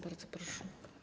Bardzo proszę.